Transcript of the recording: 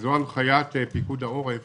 וזו הנחיית פיקוד העורף